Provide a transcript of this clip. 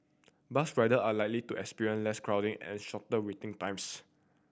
bus rider are likely to experience less crowding and shorter waiting times